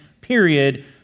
period